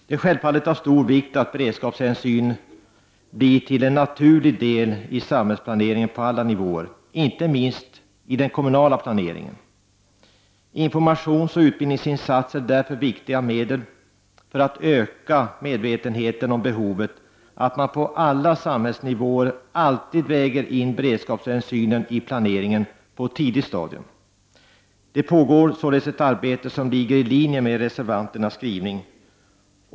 Det är självfallet av stor vikt att beredskapshänsynen blir en naturlig del av samhällsplaneringen på alla nivåer, inte minst i fråga om den kommunala planeringen. Informationsoch utbildningsinsatser är därför viktiga medel för att öka medvetenheten om behovet av att man på alla samhällsnivåer alltid väger in beredskapshänsynen i planeringen på ett tidigt stadium. Det pågår således ett arbete i linje med reservanternas skrivning.